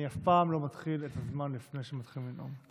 אני אף פעם לא מתחיל את הזמן לפני שמתחילים לנאום.